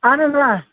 اَہَن حظ آ